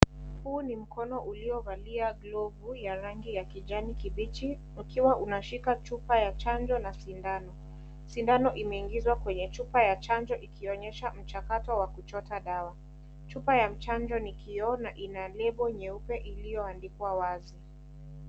Huu ni mkono uliovalia glovu ya rangi ya kijani kibichi ukiwa unashika chupa ya chanjo na sindano. Sindano imeingizwa kwenye chupa ya chanjo ikionyesha mchakato wa kuchota dawa. Chupa ya chanjo nikiona Ina label nyeupe iliyoandikwa Wazi